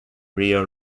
rio